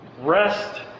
Rest